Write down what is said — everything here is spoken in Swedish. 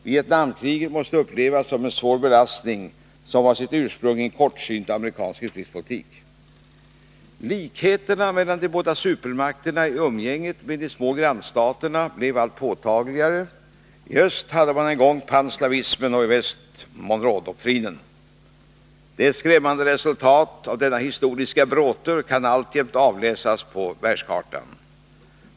Vietnamkriget måste upplevas som en svår belastning, som har sitt ursprung i en kortsynt amerikansk utrikespolitik. Likheterna mellan de båda supermakterna i umgänget med de små grannstaterna blev allt påtagligare. I öst hade man en gång panslavismen och i väst Monroedoktrinen. Skrämmande resultat av denna historiska bråte kan alltjämt avläsas på världskartan.